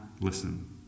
listen